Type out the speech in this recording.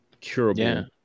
curable